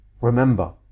remember